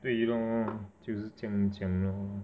对 lor 就是这样讲 lor